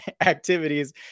activities